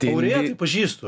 aurėją tai pažįstu